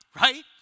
right